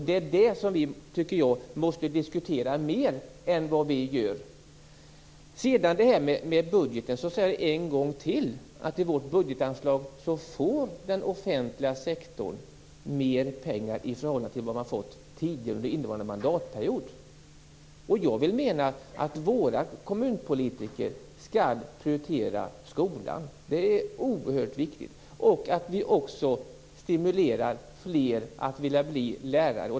Det är detta som måste diskuteras mer. I vårt budgetanslag får den offentliga sektorn mer pengar i förhållande till tidigare under innevarande mandatperiod. Våra kommunpolitiker skall prioritera skolan. Det är oerhört viktigt. Vi måste stimulera fler till att vilja bli lärare.